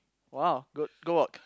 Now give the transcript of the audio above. !wah! good good work